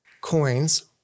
coins